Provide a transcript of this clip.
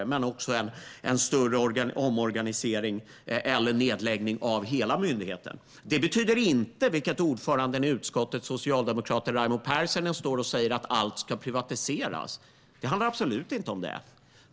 Det handlar dock också om en större omorganisering eller en nedläggning av hela myndigheten. Det betyder inte, vilket ordföranden i utskottet, socialdemokraten Raimo Pärssinen, står och säger, att allt ska privatiseras. Det handlar absolut inte om det.